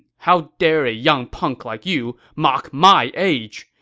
how dare a young punk like you mock my age!